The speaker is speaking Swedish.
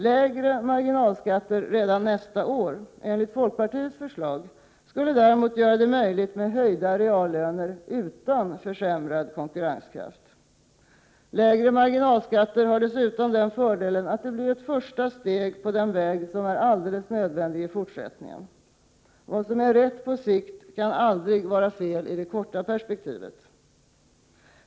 Lägre marginalskatter redan nästa år, i enlighet med folkpartiets förslag, skulle däremot göra det möjligt med höjda reallöner utan försämrad konkurrenskraft. Lägre marginalskatter har dessutom den fördelen att det blir ett första steg på den väg som är alldeles nödvändig i fortsättningen. Vad som är rätt på sikt kan aldrig vara fel i det korta perspektivet.